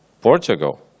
Portugal